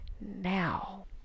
now